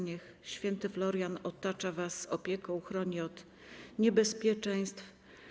Niech św. Florian otacza was opieką, chroni od niebezpieczeństw.